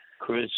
Chris